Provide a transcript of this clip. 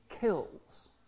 kills